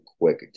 quick